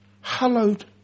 Hallowed